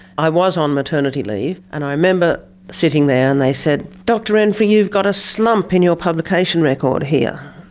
i was on maternity leave, and i remember sitting there and they said, dr renfree, you've got a slump in your publication record here.